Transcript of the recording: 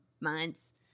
months